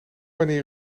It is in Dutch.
wanneer